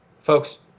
folks